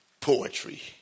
poetry